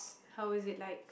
how was it like